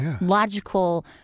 logical